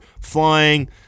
flying